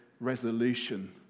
resolution